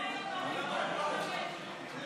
של חבר כנסת יונתן מישרקי.